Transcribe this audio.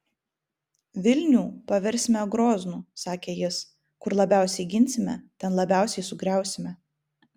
vilnių paversime groznu sakė jis kur labiausiai ginsime ten labiausiai sugriausime